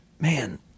man